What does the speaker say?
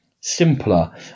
simpler